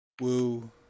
woo